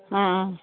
ಹಾಂ